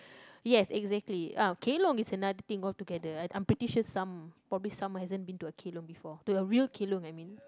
yes exactly kelong is another thing all together I'm pretty sure some probably some hasn't been to a kelong before to a real kelong I mean